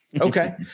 Okay